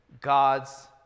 God's